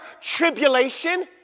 tribulation